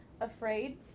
afraid